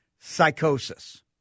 psychosis